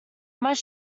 must